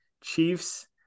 Chiefs